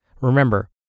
Remember